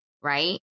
Right